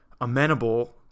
amenable